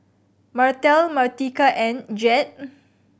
Martell Martika and Jett